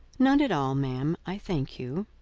none at all, ma'am, i thank you.